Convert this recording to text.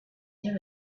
there